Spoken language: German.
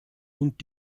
und